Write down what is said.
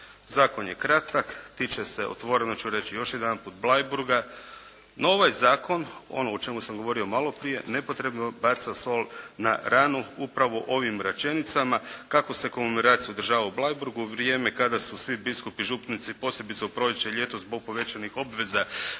Zakon je kratak, tiče se otvoreno ću reći još jedan put Bleiburga. No, ovaj zakon, ono o čemu sam govorio maloprije, nepotrebno baca sol na ranu upravo ovim rečenicama kako se komemoracija održava u Bleiburga, vrijeme kada su svi biskupi i župnici posebice u proljeće i ljeto zbog povećanih obveza